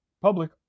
Public